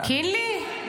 קינלי?